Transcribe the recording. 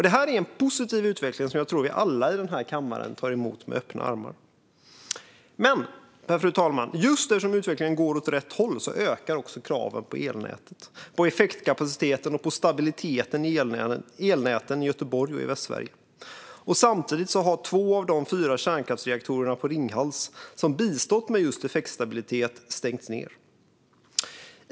Det här är en positiv utveckling som jag tror att vi alla i den här kammaren tar emot med öppna armar. Men, fru talman, just eftersom utvecklingen går åt rätt håll ökar också kraven på elnätet, på effektkapaciteten och på stabiliteten i elnäten i Göteborg och i Västsverige. Samtidigt har två av de fyra kärnkraftsreaktorerna i Ringhals, som bistått med just effektstabilitet, stängts ned.